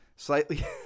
Slightly